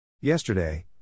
Yesterday